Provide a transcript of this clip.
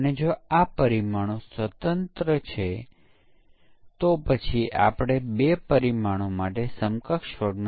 અને અહીં તમે સોફ્ટવેર ને તેના સ્પેસિફીકેશન સાથે સરખાવશો